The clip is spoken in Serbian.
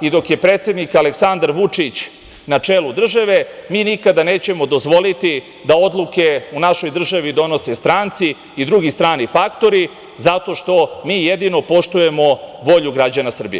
i dok je predsednik Aleksandar Vučić na čelu države, mi nikada nećemo dozvoliti da odluke u našoj državi donose stranci i drugi strani faktori, zato što mi jedni poštujemo volju građana Srbije.